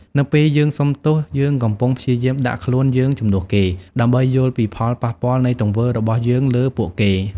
នៅពេលយើងសុំទោស យើងកំពុងព្យាយាមដាក់ខ្លួនយើងជំនួសគេ ដើម្បីយល់ពីផលប៉ះពាល់នៃទង្វើរបស់យើងលើពួកគេ។